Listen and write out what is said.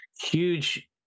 huge